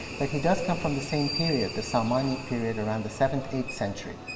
but he does come from the same period, the samanid period around the seventh eighth century.